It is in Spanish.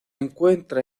encuentra